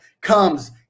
comes